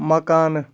مکانہٕ